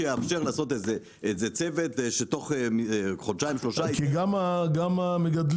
שיאפשר להקים צוות שתוך חודשיים-שלושה -- גם המגדלים,